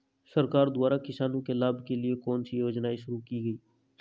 सरकार द्वारा किसानों के लाभ के लिए कौन सी योजनाएँ शुरू की गईं?